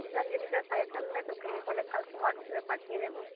ঠিক আছে যদি স্যার সাজেশান দেয় তোকে আমি তাহলে কালকে হোয়াটসঅ্যাপে পাঠিয়ে দেবো